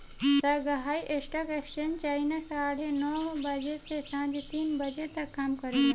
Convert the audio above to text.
Shanghai stock exchange China साढ़े नौ बजे से सांझ तीन बजे तक काम करेला